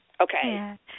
okay